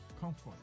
comfort